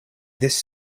this